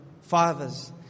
fathers